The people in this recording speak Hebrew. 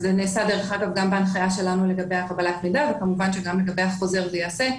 זה נעשה גם בהנחיה שלנו לגבי קבלת מידע וכמובן שגם לגבי החוזר זה ייעשה.